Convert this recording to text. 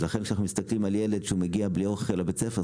אז לכן שאנחנו מסתכלים על ילד שהוא מגיע בלי אוכל לבית ספר,